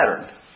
pattern